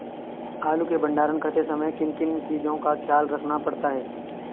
आलू के भंडारण करते समय किन किन चीज़ों का ख्याल रखना पड़ता है?